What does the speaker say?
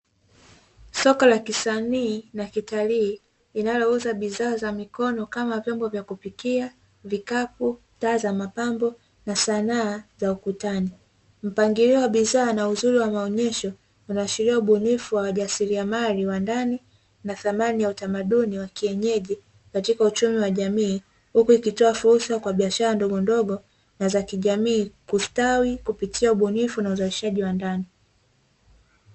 Soko la kisanii na kitalii linalouza bidhaa za mikono kama vyombo vya kupikia vikapu taa za mapambo za ukutani, mpangilio wa bidhaa na uzuri wa maonyesho tunaashiria ubunifu hawajasiriamali wa ndani na thamani ya utamaduni wa kienyeji katika uchumi wa jamii, huku ikitoa fursa kwa biashara ndogondogo na za kijamii kustawi kupitia ubunifu na uzalishaji wa ndani.